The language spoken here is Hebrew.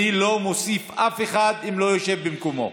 אני לא מוסיף אף אחד אם הוא לא יושב במקומו.